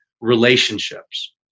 relationships